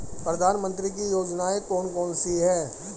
प्रधानमंत्री की योजनाएं कौन कौन सी हैं?